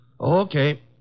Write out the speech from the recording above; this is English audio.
Okay